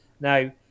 now